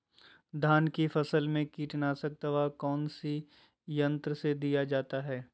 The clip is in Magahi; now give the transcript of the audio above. धान की फसल में कीटनाशक दवा कौन सी यंत्र से दिया जाता है?